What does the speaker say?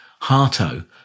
Harto